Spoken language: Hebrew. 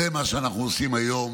זה מה שאנחנו עושים היום